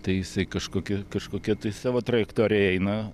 tai jisai kažkokia kažkokia tai savo trajektorija eina